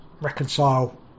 reconcile